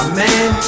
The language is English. man